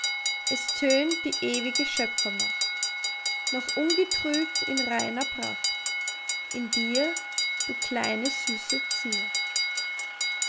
es tönt die ewige schöpfermacht noch ungetrübt in reiner pracht in dir du kleine süße zier